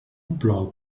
plou